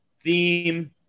theme